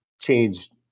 changed